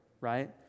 right